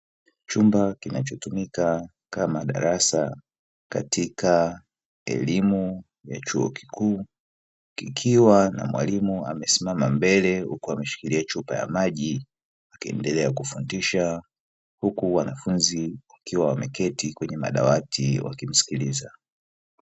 Chumba kinachotumika kama darasa katika elimu ya chuo kikuu, kikiwa na mwalimu amesimama mbele huku ameshikilia chupa ya maji akiendelea kufundisha, huku wanafunzi wakiwa wameketi kwenye madawati wanamsikiliza.